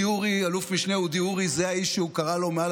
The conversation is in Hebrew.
אלוף משנה אודי אורי זה האיש שהוא קרא לו מעל